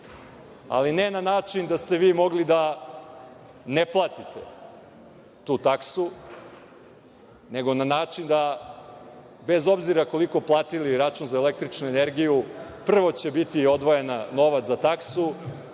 ali ne na način da ste vi mogli da ne platite tu taksu, nego na način da bez obzira koliko platili račun za električnu energiju, prvo će biti odvojen novac za taksu,